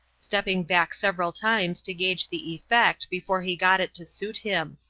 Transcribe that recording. stepping back several times to gauge the effect before he got it to suit him.